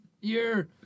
year